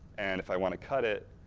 and if i want to cut it,